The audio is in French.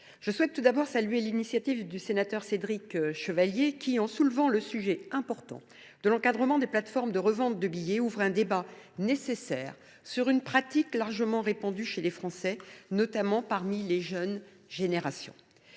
je souhaite tout d’abord saluer l’initiative du sénateur Cédric Chevalier qui, en soulevant la question de l’encadrement des plateformes de revente de billets, ouvre un débat nécessaire sur une pratique largement répandue chez les Français, notamment parmi les jeunes générations.